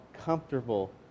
comfortable